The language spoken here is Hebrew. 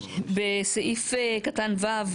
בסעיף קטן (ו),